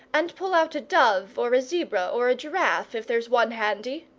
and pull out a dove or a zebra or a giraffe if there's one handy.